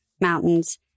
mountains